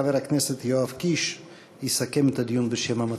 חבר הכנסת יואב קיש יסכם את הדיון בשם המציעים.